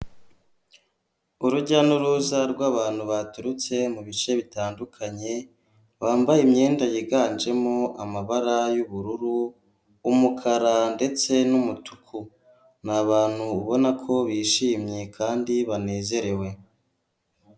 Urujya n'uruza rw'abantu baturutse mu bice bitandukanye bambaye imyenda yiganjemo amabara y'ubururu, umukara ndetse n'umutuku, ni abantu ubona ko bishimye kandi banezerewe.